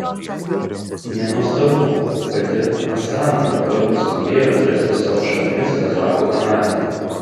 nenuostabu kad ir astana dabar paskubėjo atrasti savo šaknis kazachų chanate